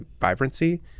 vibrancy